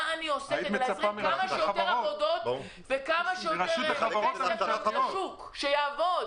שיותר עבודות וכסף לשוק כדי שהוא יעבוד,